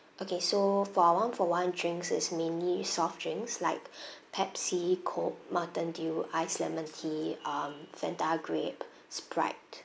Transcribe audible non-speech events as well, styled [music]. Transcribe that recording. okay so for our one for one drinks is mainly soft drinks like [breath] pepsi coke mountain dew iced lemon tea um fanta grape sprite